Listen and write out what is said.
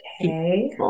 Okay